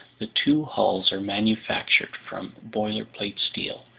the two hulls are manufactured from boilerplate steel,